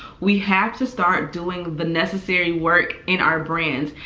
we have to start doing the necessary work in our brands.